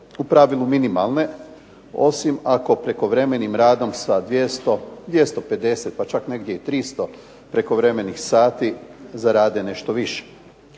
u pravilu minimalne osim ako prekovremenim radom sa 200, 250, pa čak negdje i 300 prekovremenih sati zarade nešto više.